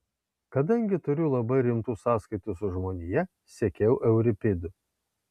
kadangi turiu labai rimtų sąskaitų su žmonija sekiau euripidu